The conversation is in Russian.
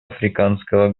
африканского